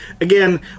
again